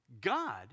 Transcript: God